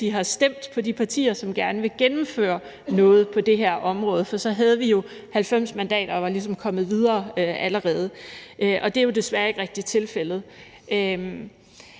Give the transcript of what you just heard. de har stemt på de partier, som gerne vil gennemføre noget på det her område, for så havde vi jo haft 90 mandater og var ligesom kommet videre allerede, og det er jo desværre ikke rigtig tilfældet.